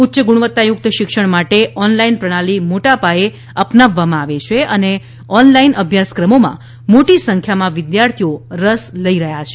ઉચ્ચ ગુણવત્તાયુકત શિક્ષણ માટે ઓન લાઇન પ્રણાલી મોટાપાયે અપનાવવામાં આવે છે અને ઓનલાઇન અભ્યાક્રમોમાં મોટી સંખ્યામાં વિદ્યાર્થીઓ રસ લઇ રહયાં છે